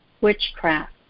witchcraft